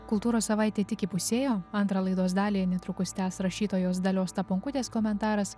kultūros savaitė tik įpusėjo antrą laidos dalį netrukus tęs rašytojos dalios staponkutės komentaras